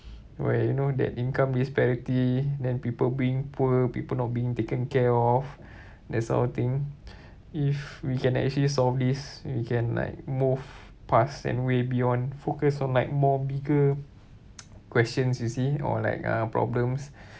where you know that income disparity then people being poor people not being taken care of that's sort of thing if we can actually solve this we can like move past and way beyond focus on like more bigger questions you see or like uh problems